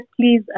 please